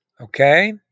okay